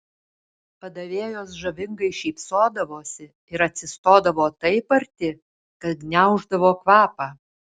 padavėjos žavingai šypsodavosi ir atsistodavo taip arti kad gniauždavo kvapą